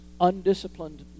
undisciplined